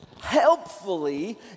helpfully